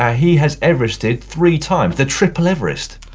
ah he has everested three times, the triple everest.